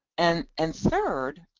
and and third,